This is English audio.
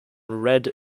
red